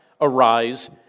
arise